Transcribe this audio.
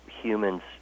humans